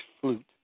flute